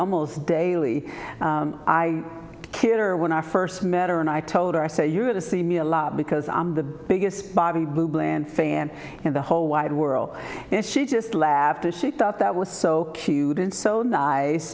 almost daily i kid her when i first met her and i told her i said you're going to see me a lot because i'm the biggest bobby blue bland fan in the whole wide world and she just laughed at she thought that was so cute